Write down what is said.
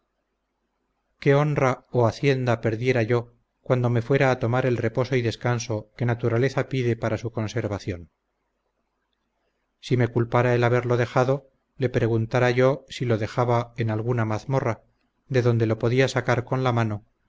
qué honra o hacienda perdiera yo cuando me fuera a tomar el reposo y descanso que naturaleza pide para su conservación si me culpara en haberlo dejado le peguntara yo si lo dejaba en alguna mazmorra de donde lo podía sacar con la mano